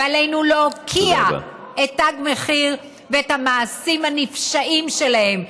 ועלינו להוקיע את תג מחיר ואת המעשים הנפשעים שלהם,